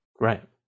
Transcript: Right